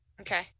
Okay